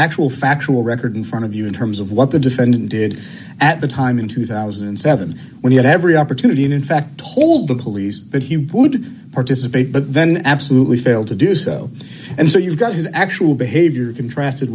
actual factual record front of you in terms of what the defendant did at the time in two thousand and seven when he had every opportunity and in fact told the police that he would participate but then absolutely failed to do so and so you've got his actual behavior contrasted